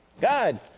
God